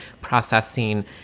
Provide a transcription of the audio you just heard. processing